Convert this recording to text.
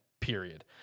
period